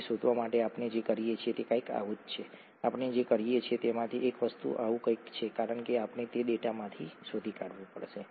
તે શોધવા માટે આપણે જે કરીએ છીએ તે કંઈક આવું જ છે આપણે જે કરી શકીએ છીએ તેમાંની એક વસ્તુ આવું કંઈક છે કારણ કે આપણે તે ડેટામાંથી શોધી કાઢવું પડશે